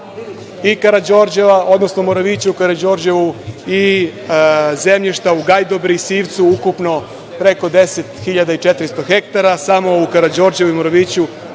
i Karađorđeva, odnosno Moravića u Karađorđevu i zemljišta u Gajdobri i Sivcu. Ukupno preko 10.400 hektara. Samo u Karađorđevu i Moraviću